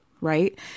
Right